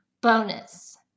Bonus